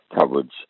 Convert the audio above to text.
coverage